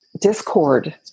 discord